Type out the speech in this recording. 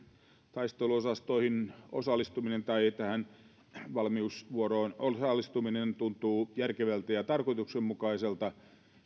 taisteluosastoihin osallistuminen tai tähän valmiusvuoroon osallistuminen tuntuu järkevältä ja ja tarkoituksenmukaiselta